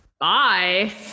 Bye